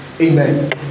Amen